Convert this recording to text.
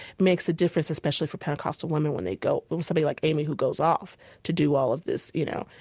makes a difference especially for pentecostal women when they go, somebody like aimee who goes off to do all of this, you know,